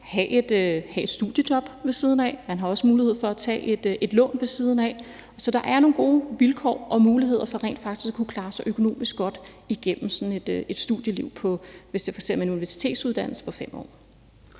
have et studiejob ved siden af. Man har også mulighed for at tage et lån ved siden af. Så der er nogle gode vilkår og muligheder for rent faktisk at kunne klare sig økonomisk godt igennem sådan et studieliv, hvis man f.eks. tager en universitetsuddannelse på 5 år.